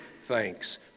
thanks